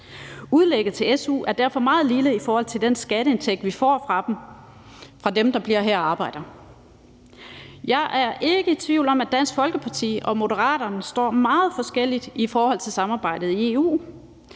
Udlægget til su er derfor meget lille i forhold til den skatteindtægt, vi får fra dem, der bliver her og arbejder. Jeg er ikke i tvivl om, at Dansk Folkeparti og Moderaterne står meget forskelligt i forhold til samarbejdet i EU.